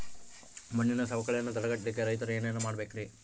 ಮಣ್ಣಿನ ಸವಕಳಿಯನ್ನ ತಡೆಗಟ್ಟಲಿಕ್ಕೆ ರೈತರು ಏನೇನು ಮಾಡಬೇಕರಿ?